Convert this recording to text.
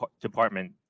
Department